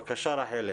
בבקשה רחלי.